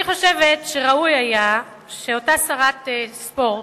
אני חושבת שראוי היה שאותה שרת ספורט,